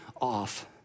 off